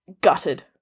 Gutted